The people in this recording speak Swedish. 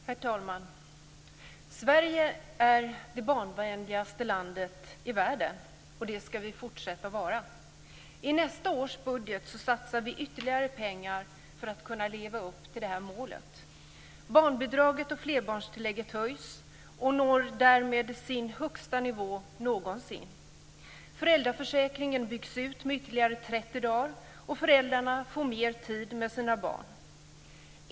Herr talman! Sverige är det barnvänligaste landet i världen. Det ska vi fortsätta vara. I nästa års budget satsar vi ytterligare pengar för att kunna leva upp till detta mål. Barnbidraget och flerbarnstillägget höjs och når därmed sin högsta nivå någonsin. Föräldraförsäkringen byggs ut med ytterligare 30 dagar, och föräldrarna får mer tid med sina barn.